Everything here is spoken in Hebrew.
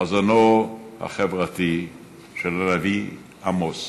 חזונו החברתי של הנביא עמוס,